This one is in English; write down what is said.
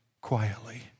quietly